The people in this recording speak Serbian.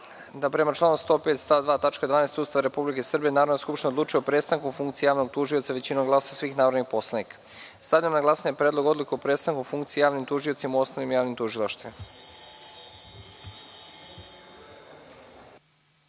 da prema članu 105. stav 2. tačka 12. Ustava Republike Srbije Narodna skupština odlučuje o prestanku funkcije javnog tužioca većinom glasova svih narodnih poslanika. Stavljam na glasanje Predlog odluke o prestanku funkcije javnim tužiocima u osnovnim javnim tužilaštvima. Molim